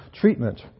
treatment